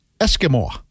Eskimo